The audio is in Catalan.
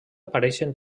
apareixen